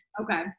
Okay